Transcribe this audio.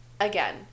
Again